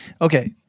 Okay